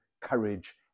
courage